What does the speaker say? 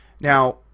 Now